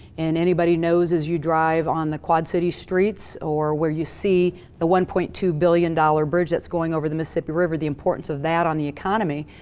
and, anybody knows, as you drive on the quad city streets, or where you see the one point two billion dollar bridge that's going over the mississippi river, the importance of that on the economy,